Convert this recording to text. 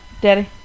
Daddy